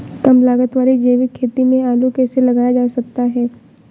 कम लागत वाली जैविक खेती में आलू कैसे लगाया जा सकता है?